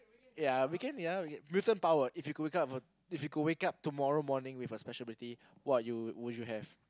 ya we can ya mutant power if you could wake up with a if you could wake up tomorrow morning with a special ability what you would you have